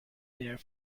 there